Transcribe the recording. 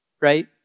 right